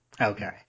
Okay